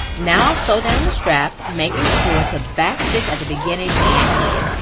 now, i'll sew down the straps making sure to back stitch at the beginning and end.